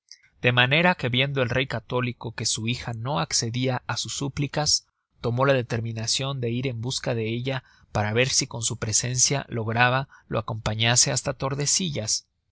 de manera que viendo el rey católico que su hija no accedia á sus súplicas tomó la determinacion de ir en busca de ella para ver si con su presencia lograba lo acompañase hasta tordesillas